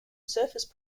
surface